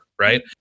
right